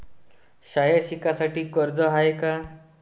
शाळा शिकासाठी कर्ज हाय का?